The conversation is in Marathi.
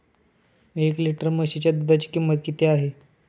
एक लिटर म्हशीच्या दुधाची किंमत किती आहे?